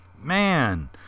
man